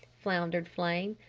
floundered flame.